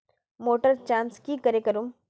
Motor चास की करे करूम?